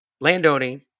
landowning